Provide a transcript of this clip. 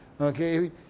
Okay